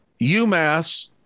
UMass